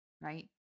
right